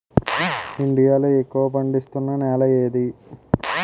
India లో ఎక్కువ పండిస్తున్నా నేల ఏది?